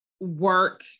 work